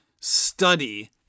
study